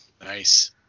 Nice